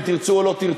אם תרצו או לא תרצו,